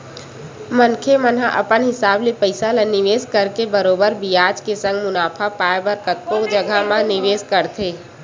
मनखे मन ह अपन हिसाब ले पइसा ल निवेस करके बरोबर बियाज के संग मुनाफा पाय बर कतको जघा म निवेस करथे